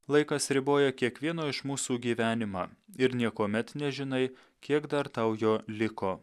laikas riboja kiekvieno iš mūsų gyvenimą ir niekuomet nežinai kiek dar tau jo liko